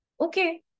Okay